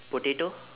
potato